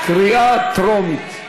קריאה טרומית.